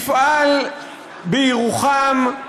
מפעל בירוחם,